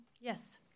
Yes